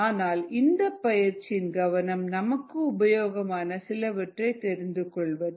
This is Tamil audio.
ஆனால் இந்தப் பயிற்சியின் கவனம் நமக்கு உபயோகமான சிலவற்றை தெரிந்து கொள்வது